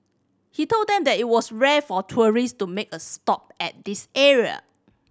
he told them that it was rare for tourist to make a stop at this area